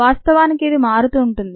వాస్తవానికి ఇదీ మారుతుంటుంది